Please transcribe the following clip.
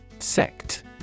Sect